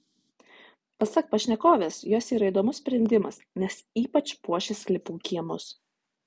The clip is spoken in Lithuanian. pasak pašnekovės jos yra įdomus sprendimas nes ypač puošia sklypų kiemus